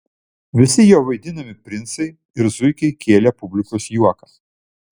visi jo vaidinami princai ir zuikiai kėlė publikos juoką